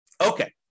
Okay